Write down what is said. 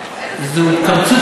איזה תקציב